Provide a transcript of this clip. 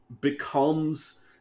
becomes